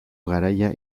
garaia